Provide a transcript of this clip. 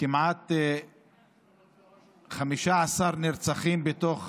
כמעט 15 נרצחים בתוך